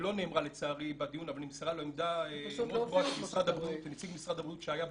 ולא נאמרה לצערי בדיון אבל נמסרה לו עמדת נציג משרד הבריאות שהיה בדיון,